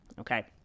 Okay